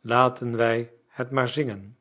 laten wij het maar zingen